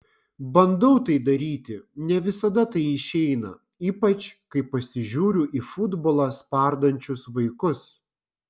bandau tai daryti ne visada tai išeina ypač kai pasižiūriu į futbolą spardančius vaikus